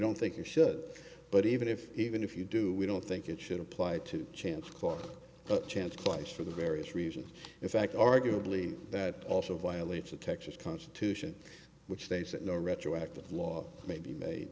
don't think it should but even if even if you do we don't think it should apply to chance for chance place for the various reasons in fact arguably that also violates the texas constitution which states that no retroactive law may be made